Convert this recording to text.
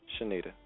shanita